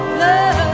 love